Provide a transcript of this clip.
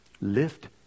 Lift